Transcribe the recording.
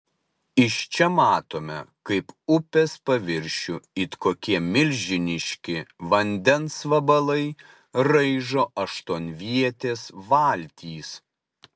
iš čia matome kaip upės paviršių it kokie milžiniški vandens vabalai raižo aštuonvietės valtys